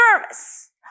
service